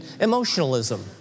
emotionalism